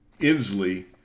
Inslee